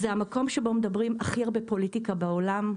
זה המקום שבו מדברים הכי הרבה פוליטיקה בעולם,